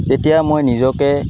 তেতিয়া মই নিজকে